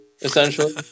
essentially